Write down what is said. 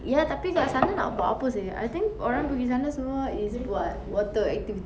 ya tapi kat sana nak buat apa seh I think orang pergi sana semua is buat water activities